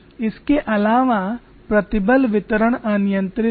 इसके अलावा प्रतिबल वितरण अनियंत्रित है